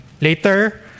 later